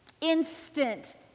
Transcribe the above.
instant